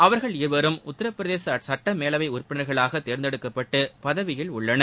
அவர்கள் இருவரும் உத்தரப்பிரதேச சுட்டமேலவை உறுப்பினர்களாக தேர்ந்தெடுக்கப்பட்டு பதவியில் உள்ளனர்